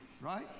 Right